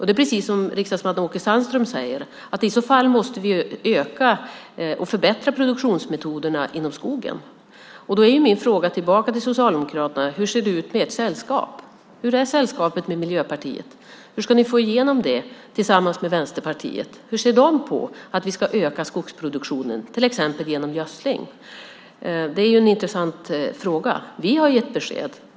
Det är precis som riksdagsman Åke Sandström säger, att i så fall måste vi öka och förbättra produktionsmetoderna inom skogen. Då är min fråga tillbaka till Socialdemokraterna: Hur ser det ut med ert sällskap? Hur är sällskapet med Miljöpartiet? Hur ska ni få igenom det tillsammans med Vänsterpartiet? Hur ser de på att vi ska öka skogsproduktionen, till exempel genom gödsling? Det är en intressant fråga. Vi har gett besked.